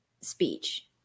speech